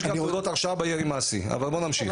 יש גם תעודות הרשאה בירי מעשי, אבל בוא נמשיך.